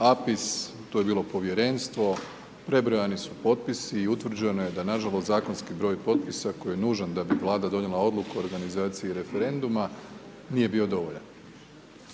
Apis, to je bilo povjerenstvo, prebrojani su potpisi i utvrđeno je da nažalost zakonski broj potpisa koji je nužan da bi Vlada donijela odluku o organizaciji referenduma, nije bio dovoljan.